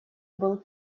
был